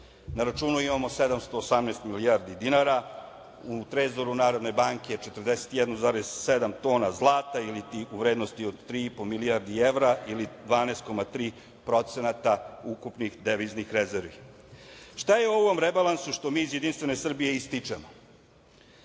Na računu imamo 718 milijardi dinara, u Trezoru Narodne banke 41,7 tona zlata, ili ti u vrednosti od 3,5 milijardi evra ili 12,3% ukupnih deviznih rezervi. Šta je u ovom rebalansu što mi iz JS ističemo?